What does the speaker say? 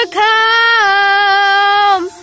come